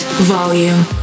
volume